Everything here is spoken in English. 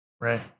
Right